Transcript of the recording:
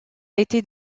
été